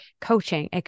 coaching